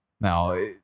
Now